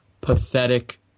pathetic